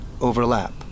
overlap